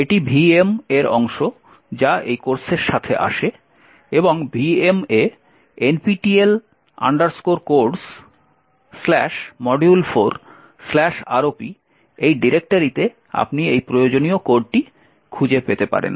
এটি VM এর অংশ যা এই কোর্সের সাথে আসে এবং VM এ nptel codesmodule4ROP ডিরেক্টরিতে আপনি এই প্রয়োজনীয় কোডটি খুঁজে পেতে পারেন